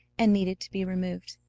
and needed to be removed.